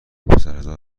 پسرزا